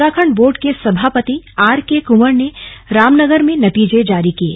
Uttarakhand board के सभापति R K Kanwar ने रामनगर में नतीजे जारी किये